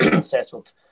settled